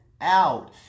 out